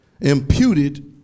imputed